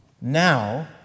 Now